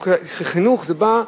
של חינוך, בא,